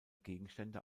gegenstände